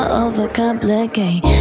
overcomplicate